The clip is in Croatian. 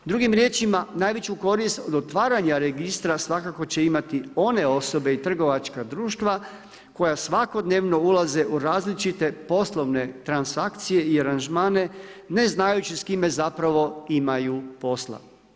Drugim riječima najveću korist od otvaranja registra svakako će imati one osobe i trgovačka društva koja svakodnevno ulaze u različite poslovne transakcije i aranžmane ne znajući s kime zapravo imaju posla.